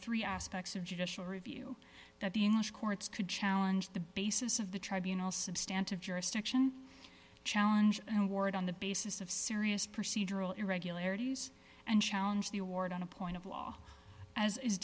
three aspects of judicial review that the english courts could challenge the basis of the tribunals substantial jurisdiction challenge who wore it on the basis of serious procedural irregularities and challenge the award on a point of law as is